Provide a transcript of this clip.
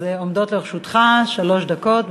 עומדות לרשותך שלוש דקות.